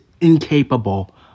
incapable